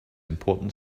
important